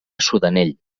sudanell